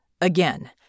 Again